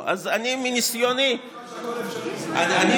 תסתכלו אם יש לכם כל מיני רעיונות